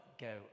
go